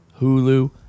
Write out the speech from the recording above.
Hulu